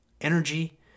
energy